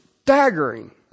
staggering